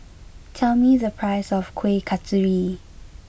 tell me the price of Kuih Kasturi